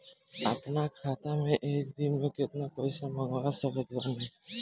अपना खाता मे एक दिन मे केतना पईसा मँगवा सकत बानी?